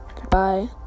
Goodbye